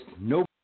no